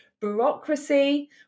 bureaucracy